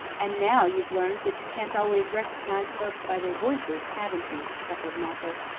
and now you've learned that you can't always recognize folks by their voices, haven't you? chuckled mocker.